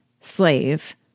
slave